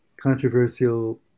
controversial